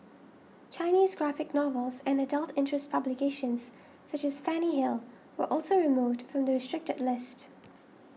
Chinese graphic novels and adult interest publications such as Fanny Hill were also removed from the restricted list